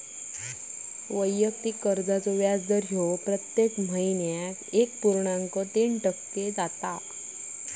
वैयक्तिक कर्जाचो व्याजदर प्रत्येक महिन्याक एक पुर्णांक तीन टक्के हा